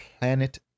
Planet